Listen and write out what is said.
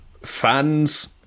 fans